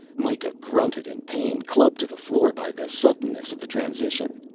mikah grunted in pain, clubbed to the floor by the suddenness of the transition.